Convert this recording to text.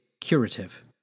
curative